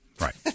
Right